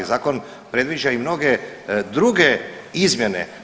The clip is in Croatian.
Zakon predviđa i mnoge druge izmjene.